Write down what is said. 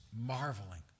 marveling